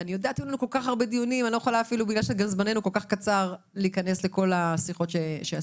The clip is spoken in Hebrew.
ובגלל זמננו הקצר איני יכולה להיכנס לשיחות שעשינו,